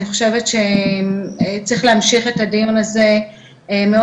אני חושבת צריך להמשיך את הדיון הזה מאוד